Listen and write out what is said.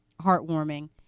heartwarming